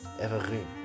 Evergreen